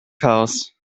chaos